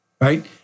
right